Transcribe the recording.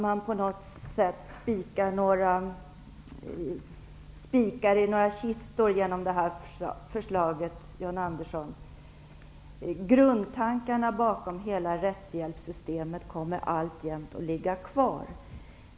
Man spikar inte spikar i några kistor genom det här förslaget, John Andersson. Grundtankarna bakom hela rättshjälpssystemet kommer alltjämt att ligga kvar.